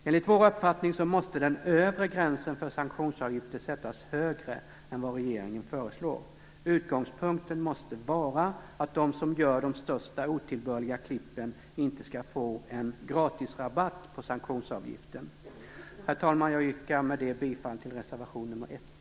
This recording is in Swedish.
Enligt vår uppfattning måste den övre gränsen för sanktionsavgifter sättas högre än vad regeringen föreslår. Utgångspunkten måste vara att de som gör de största otillbörliga klippen inte skall få en gratisrabatt på sanktionsavgiften. Herr talman! Med det yrkar jag bifall till reservation 1.